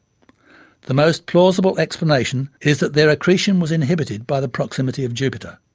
the most plausible explanation is that their accretion was inhibited by the proximity of jupiter,